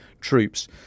troops